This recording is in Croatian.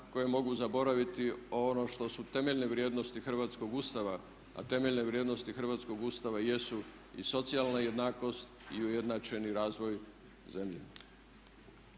koje mogu zaboraviti ono što su temeljne vrijednosti Hrvatskog ustava, a temeljne vrijednosti Hrvatskog ustava jesu i socijalna jednakost i ujednačeni razvoj zemlje.